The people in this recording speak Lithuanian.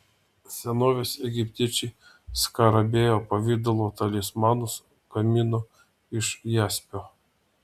senovės egiptiečiai skarabėjo pavidalo talismanus gamino iš jaspio